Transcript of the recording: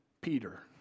Peter